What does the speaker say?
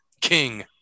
King